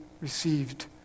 received